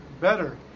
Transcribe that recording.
better